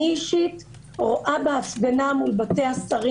אני אישית רואה בהפגנה מול בתי השרים